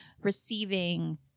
receiving